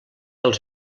els